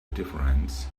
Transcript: difference